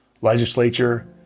legislature